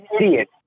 Idiot